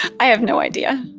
i have no idea.